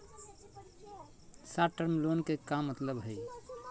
Short term loan के का मतलब हई?